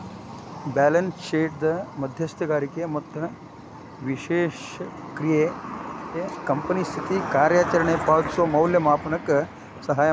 balance ಶೇಟ್ದ್ ಮಧ್ಯಸ್ಥಗಾರಿಗೆ ಮತ್ತ ವಿಶ್ಲೇಷಕ್ರಿಗೆ ಕಂಪನಿ ಸ್ಥಿತಿ ಕಾರ್ಯಚರಣೆ ಪಾವತಿಸೋ ಮೌಲ್ಯಮಾಪನಕ್ಕ ಸಹಾಯ ಮಾಡ್ತದ